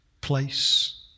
place